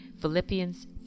Philippians